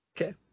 Okay